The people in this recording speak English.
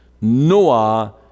Noah